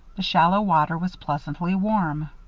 the shallow water was pleasantly warm.